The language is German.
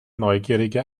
neugierige